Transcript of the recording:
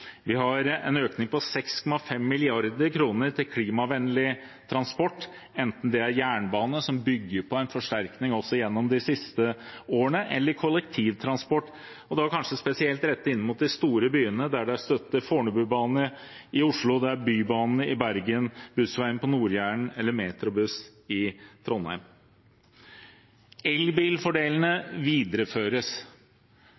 Vi har en økning på 6,5 mrd. kr til klimavennlig transport, enten det er jernbane, som bygger på en forsterkning også gjennom de siste årene, eller kollektivtransport, og da kanskje spesielt rettet inn mot de store byene, der det er støtte til Fornebubanen i Oslo, Bybanen i Bergen, Bussveien på Nord-Jæren og metrobuss i Trondheim. Elbilfordelene